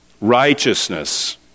Righteousness